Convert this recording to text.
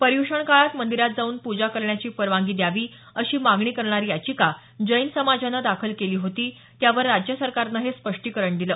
पर्युषण काळात मंदीरात जाऊन पूजा करण्याची परवानगी द्यावी अशी मागणी करणारी याचिका जैन समाजानं दाखल केली होती त्यावर राज्य सरकारनं हे स्पष्टीकरण दिलं